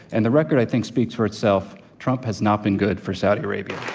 and the record, i think, speaks for itself. trump has not been good for saudi arabia.